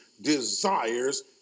Desires